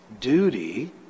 Duty